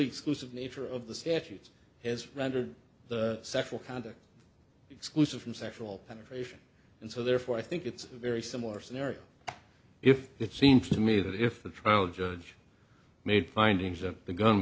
exclusive nature of the statute has rendered the sexual conduct exclusive from sexual penetration and so therefore i think it's a very similar scenario if it seems to me that if the trial judge made findings of the gun